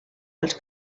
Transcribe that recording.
els